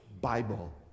Bible